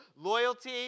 loyalty